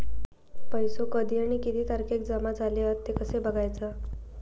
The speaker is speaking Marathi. पैसो कधी आणि किती तारखेक जमा झाले हत ते कशे बगायचा?